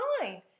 fine